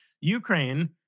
Ukraine